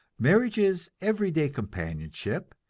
marriage is every-day companionship,